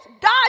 God